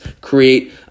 create